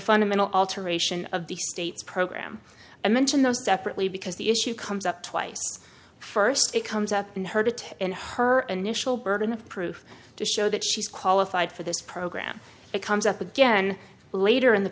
fundamental alteration of the state's program i mentioned those separately because the issue comes up twice st it comes up in her detail in her initial burden of proof to show that she's qualified for this program it comes up again later in the